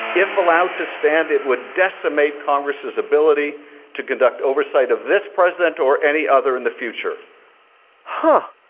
if allowed to stand, it would decimate congress's ability to conduct oversight of this president or any other in the future huh.